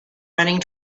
running